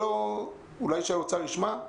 אולי שהאוצר יישמע.